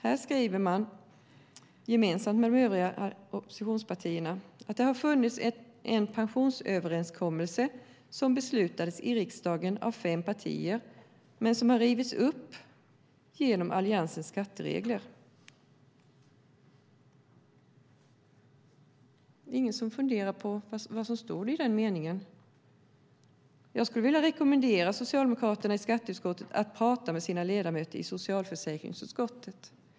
Här skriver de tillsammans med de övriga oppositionspartierna att det har funnits en pensionsöverenskommelse som beslutades i riksdagen av fem partier men som har rivits upp genom Alliansens skatteregler. Är det ingen som funderar på vad som står i den meningen? Jag rekommenderar Socialdemokraterna i skatteutskottet att tala med sina ledamöter i socialförsäkringsutskottet.